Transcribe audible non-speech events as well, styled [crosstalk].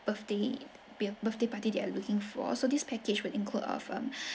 birthday birthday party they are looking for so this package will include of um [breath]